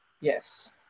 Yes